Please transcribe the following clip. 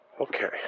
okay